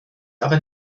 aber